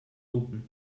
open